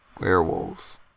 werewolves